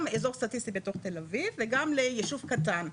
אזור סטטיסטי בתוך תל אביב וגם לישוב קטן.